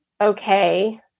Okay